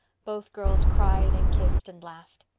both girls cried and kissed and laughed.